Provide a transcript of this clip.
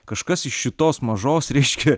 kažkas iš šitos mažos reiškia